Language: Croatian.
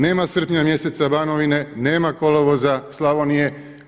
Nema srpnja mjeseca, Banovine, nema kolovoza Slavonije.